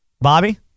Bobby